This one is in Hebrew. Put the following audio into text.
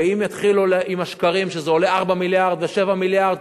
ואם יתחילו עם השקרים שזה עולה 4 מיליארד ו-7 מיליארד,